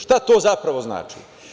Šta to zapravo znači?